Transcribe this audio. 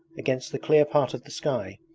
against the clear part of the sky,